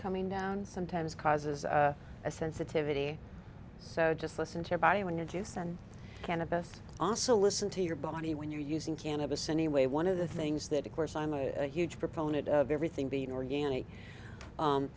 coming down sometimes causes a sensitivity so just listen to your body when you're just an cannabis also listen to your body when you're using cannabis anyway one of the things that of course i'm a huge proponent of everything being organic